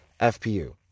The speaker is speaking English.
FPU